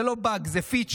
זה לא באג, זה פיצ'ר.